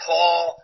Paul